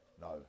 No